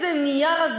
לא, נתתי לך.